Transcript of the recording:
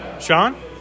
Sean